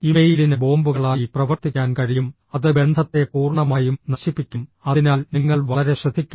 ഇമെയിലിന് ബോംബുകളായി പ്രവർത്തിക്കാൻ കഴിയും അത് ബന്ധത്തെ പൂർണ്ണമായും നശിപ്പിക്കും അതിനാൽ നിങ്ങൾ വളരെ ശ്രദ്ധിക്കണം